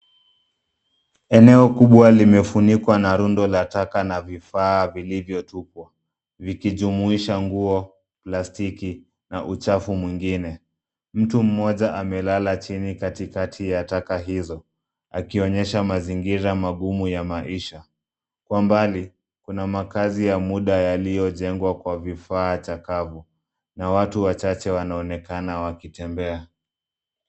Eneo kubwa limefunikwa na rundo la taka na vifaa vilivyotupwa, likijumuisha nguo, plastiki, na uchafu mwingine. Mtu mmoja amelala chini katikati ya taka hizo, akionyesha mazingira magumu ya maisha. Kwa mbali, kuna makazi ya muda yaliyojengwa kwa vifaa chakavu, na watu wachache wanaonekana wakitembea.